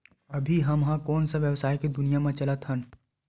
अभी हम ह कोन सा व्यवसाय के दुनिया म चलत हन?